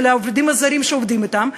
של העובדים הזרים שעובדים אתם,